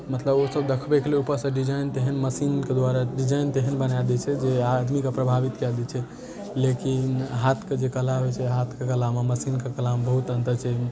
मतलब ओ सब देखबैके लिए उपरसँ डिजाइन तेहन मशीनके द्वारा डिजाइन तेहन बना दै छै जे आदमीके प्रभावित कए दै छै लेकिन हाथके जे कला होइ छै हाथके कलामे मशीनके कलामे बहुत अन्तर छै